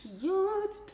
cute